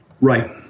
Right